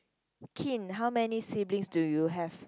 kin how many siblings do you have